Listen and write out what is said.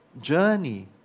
journey